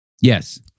yes